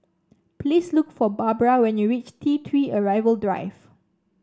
please look for Barbra when you reach T Three Arrival Drive